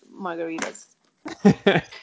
margaritas